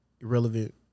irrelevant